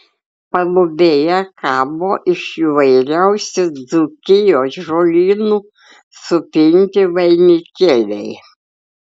palubėje kabo iš įvairiausių dzūkijos žolynų supinti vainikėliai